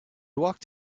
walked